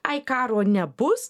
ai karo nebus